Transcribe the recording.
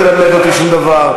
אל תלמד אותי שום דבר.